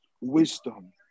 wisdom